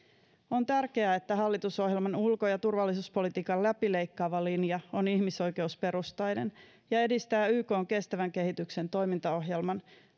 on tärkeää että hallitusohjelman ulko ja turvallisuuspolitiikan läpileikkaava linja on ihmisoikeusperustainen ja edistää ykn kestävän kehityksen toimintaohjelman